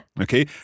okay